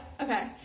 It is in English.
Okay